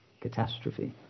catastrophe